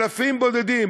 אלפים בודדים.